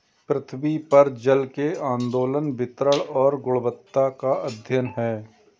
पृथ्वी पर जल के आंदोलन वितरण और गुणवत्ता का अध्ययन है